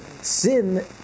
Sin